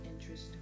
interest